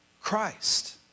christ